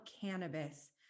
cannabis